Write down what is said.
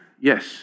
Yes